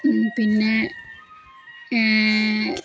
പിന്നെ